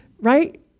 right